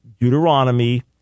Deuteronomy